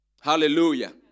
Hallelujah